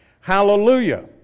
Hallelujah